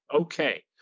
Okay